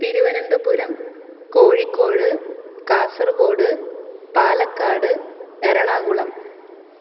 Thiruvananthapuram Kozhikode Kasaragod Palakkad Ernakulam